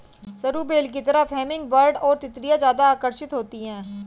सरू बेल की तरफ हमिंगबर्ड और तितलियां ज्यादा आकर्षित होती हैं